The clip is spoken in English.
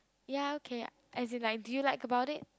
ya okay as in like do you like about it